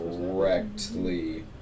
correctly